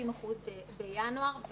50% בינואר.